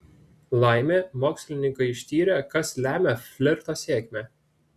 laimė mokslininkai ištyrė kas lemia flirto sėkmę